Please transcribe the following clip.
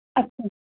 ਅੱਛਾ ਜੀ